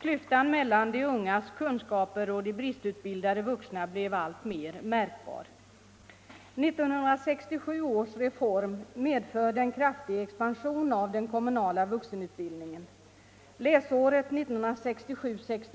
Klyftan mellan de ungas kunskaper och de bristutbildade vuxnas blev alltmer märkbar. 1967 års reform medförde en kraftig expansion av den kommunala vuxenutbildningen. Läsåret 1967 71